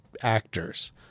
actors